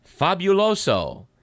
Fabuloso